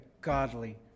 Godly